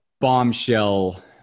bombshell